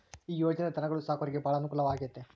ಈ ಯೊಜನೆ ಧನುಗೊಳು ಸಾಕೊರಿಗೆ ಬಾಳ ಅನುಕೂಲ ಆಗ್ಯತೆ